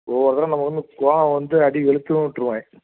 ஒவ்வொரு தடவைம் நமக்கு வந்து கோபம் வந்து அடி வெளுத்தும் விட்டிருவேன்